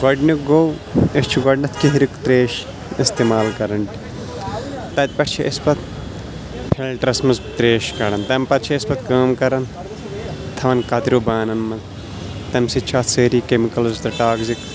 گۄڈنیُک گوٚو أسۍ چھِ گۄڈنٮ۪تھ کِہرِیُک ترٛیش استعمال کَران تَتہِ پٮ۪ٹھ چھِ أسۍ پَتہٕ فِلٹَرَس منٛز ترٛیش کَڑان تَمہِ پَتہٕ چھِ أسۍ پَتہٕ کٲم کَران تھاوان کَترِیوٗ بانَن منٛز تَمہِ سۭتۍ چھِ اَتھ سٲری کٮ۪مِکَلٕز تہٕ ٹاکزِک